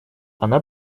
она